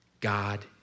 God